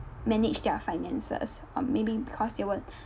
manage their finances or maybe because they weren't